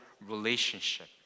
relationship